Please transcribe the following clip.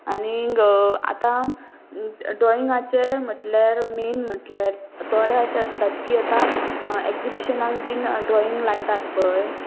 आनीक आतां ड्रॉइंगाचे म्हटल्यार मेन म्हटल्यार थोडे अशे आसतात की आतां एगक्जिबिशनाक बीन ड्रॉइंग लायतात पळय